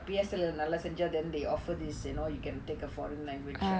P_S_L_E நல்லா செஞ்சா:nallaa senjaa then they offer this you know you can take a foreign language